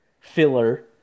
filler